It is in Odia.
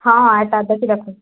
ହଁ ଏଇଟା ଦେଖିବାକୁ